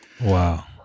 Wow